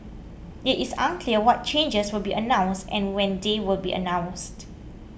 it is unclear what changes will be announced and when they will be announced